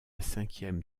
cinquième